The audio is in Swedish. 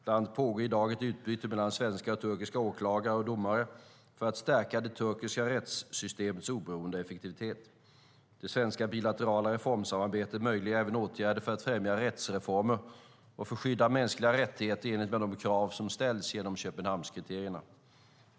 Bland annat pågår i dag ett utbyte mellan svenska och turkiska åklagare och domare för att stärka det turkiska rättssystemets oberoende och effektivitet. Det svenska bilaterala reformsamarbetet möjliggör även åtgärder för att främja rättsreformer och för skydd av mänskliga rättigheter i enlighet med de krav som ställs genom Köpenhamnskriterierna.